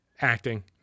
acting